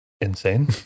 insane